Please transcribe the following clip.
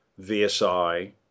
VSI